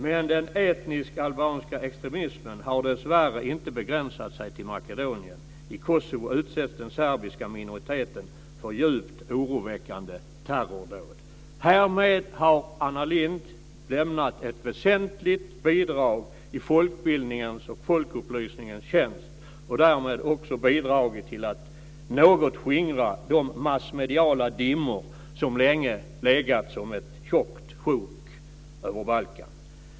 - Men den etnisk albanska extremismen har dessvärre inte begränsat sig till Makedonien. I Kosovo utsätts den serbiska minoriteten för djupt oroväckande terrordåd." Härmed har Anna Lindh lämnat ett väsentligt bidrag i folkbildningens och folkupplysningens tjänst. Därmed har hon också bidragit till att något skingra de massmediala dimmor som länge legat som ett tjockt sjok över Balkan.